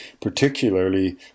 particularly